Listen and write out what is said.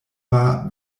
war